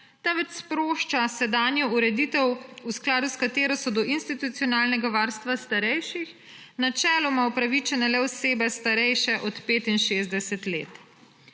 temveč sprošča sedanjo ureditev, v skladu s katero so do institucionalnega varstva starejših načeloma upravičene le osebe, starejše od 65 let.